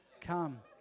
Come